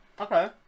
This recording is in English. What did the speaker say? Okay